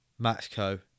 Maxco